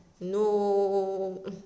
No